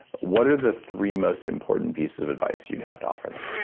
what are the three most important pieces of advice you'd have to offer them?